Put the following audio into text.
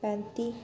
पैंती